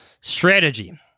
Strategy